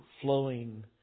flowing